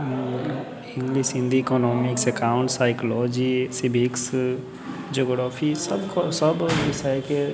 English Hindi economics account psychology civics geography सब विषयके